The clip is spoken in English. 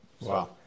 Wow